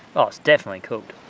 oh it's definitely cooked.